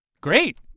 Great